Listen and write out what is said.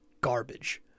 garbage